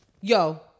Yo